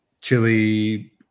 chili